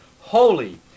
holy